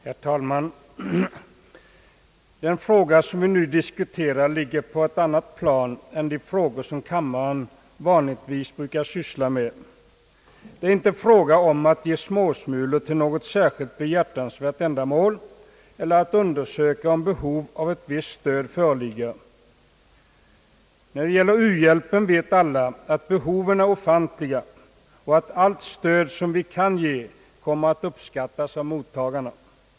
Herr talman! Den fråga som vi nu diskuterar ligger på ett annat plan än de ärenden kammaren vanligtvis sysslar med. Det rör sig inte här om att ge småsmulor till något särskilt behjärtansvärt ändamål eller att undersöka om behov av ett visst stöd föreligger. När det gäller u-hjälpen vet alla att behoven är ofantliga och att allt stöd, som vi kan ge, kommer att uppskattas av mottagarna.